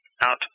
out